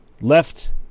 left